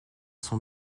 son